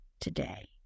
today